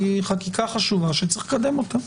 היא חקיקה חשובה שצריך לקדם אותה.